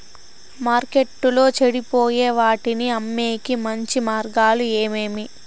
మార్కెట్టులో చెడిపోయే వాటిని అమ్మేకి మంచి మార్గాలు ఏమేమి